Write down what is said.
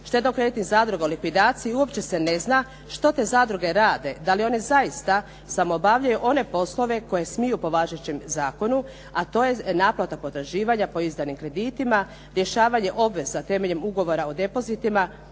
štedno-kreditnih zadruga o likvidaciji uopće se ne zna što te zadruge rade, da li one zaista samo obavljaju one poslove koje smiju po važećem zakonu, a to je naplata potraživanja po izdanim kreditima, rješavanje obveza temeljem ugovora o depozitima